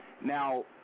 Now